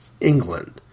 England